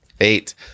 Eight